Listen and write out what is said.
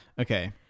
Okay